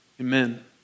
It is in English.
Amen